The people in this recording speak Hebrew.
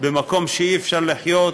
במקום שאי-אפשר לחיות,